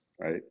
right